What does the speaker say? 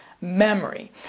memory